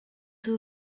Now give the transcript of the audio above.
too